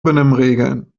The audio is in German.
benimmregeln